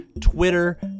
twitter